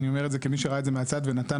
אני אומר את זה כמי שראה את זה מהצד ונתן